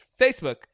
Facebook